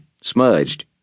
Smudged